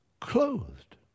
clothed